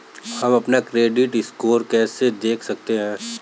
हम अपना credit score कैसे देख सकते हैं?